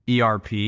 ERP